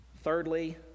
Thirdly